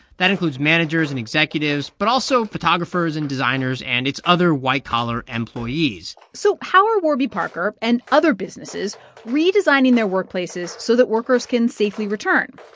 that includes managers and executives but also photographers and designers and its other white-collar employees so how are warby parker and other businesses redesigning their workplaces so that workers can safely return?